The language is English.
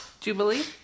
jubilee